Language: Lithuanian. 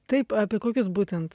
taip apie kokius būtent